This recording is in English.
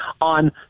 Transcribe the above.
on